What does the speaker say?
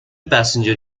passenger